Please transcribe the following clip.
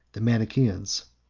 the manichaeans.